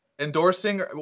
Endorsing –